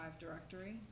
directory